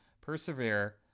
persevere